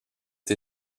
été